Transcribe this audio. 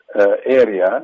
area